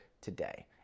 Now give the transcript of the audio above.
today